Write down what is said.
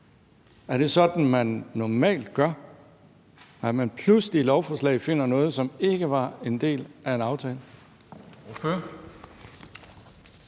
Er det sådan, man normalt gør, altså at man i lovforslag pludselig finder noget, som ikke var en del af en aftale?